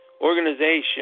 organization